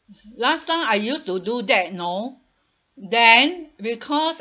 last time I used to do that know then because